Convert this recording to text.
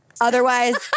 Otherwise